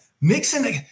mixing